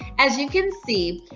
as you can see,